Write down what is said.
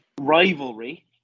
Rivalry